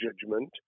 judgment